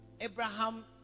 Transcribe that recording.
Abraham